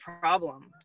problem